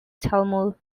talmud